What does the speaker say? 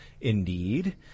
Indeed